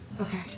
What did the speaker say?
Okay